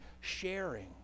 sharing